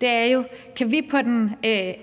er jo: Kan vi på den